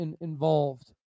involved